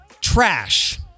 Trash